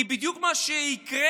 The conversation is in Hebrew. כי בדיוק מה שיקרה,